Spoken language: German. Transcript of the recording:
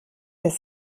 des